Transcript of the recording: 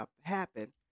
happen